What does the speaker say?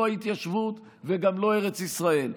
לא ההתיישבות וגם לא ארץ ישראל.